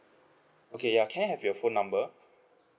okay yeah can I have your phone number